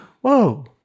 Whoa